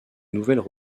nouvelles